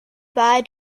bye